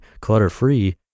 clutter-free